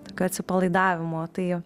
tokio atsipalaidavimo tai